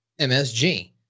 MSG